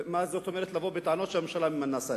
מה זאת אומרת לבוא בטענות שהממשלה ממנה שרים?